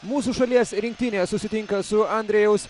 mūsų šalies rinktinė susitinka su andrejaus